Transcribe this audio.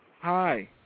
Hi